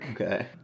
Okay